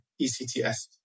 ECTS